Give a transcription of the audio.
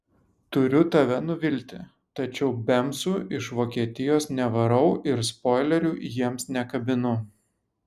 turiu tave nuvilti tačiau bemsų iš vokietijos nevarau ir spoilerių jiems nekabinu